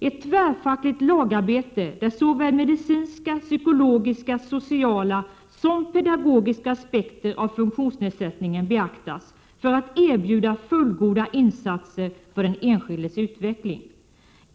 Ett tvärfackligt lagarbete, där såväl medicinska, psykologiska, sociala som pedagogiska aspekter av funktionsnedsättningen beaktas, för att erbjuda fullgoda insatser för den enskildes utveckling.